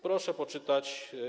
Proszę poczytać.